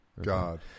god